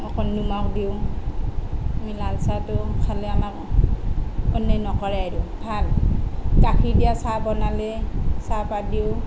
অকণ নিমখ দিওঁ আমি লাল চাহটো খালে আমাক অন্যায় নকৰে আৰু ভাল গাখীৰ দিয়া চাহ বনালে চাহপাত দিওঁ